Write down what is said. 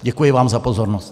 Děkuji vám za pozornost.